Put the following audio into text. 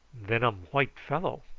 then um white fellow.